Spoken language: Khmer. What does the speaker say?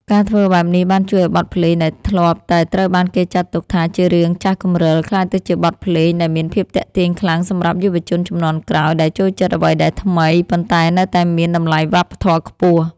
ការធ្វើបែបនេះបានជួយឱ្យបទភ្លេងដែលធ្លាប់តែត្រូវបានគេចាត់ទុកថាជារឿងចាស់គំរឹល ក្លាយទៅជាបទភ្លេងដែលមានភាពទាក់ទាញខ្លាំងសម្រាប់យុវជនជំនាន់ក្រោយ ដែលចូលចិត្តអ្វីដែលថ្មី ប៉ុន្តែនៅតែមានតម្លៃវប្បធម៌ខ្ពស់។